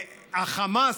והחמאס,